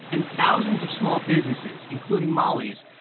and thousands of small businesses, including molly's,